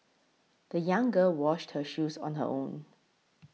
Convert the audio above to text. the young girl washed her shoes on her own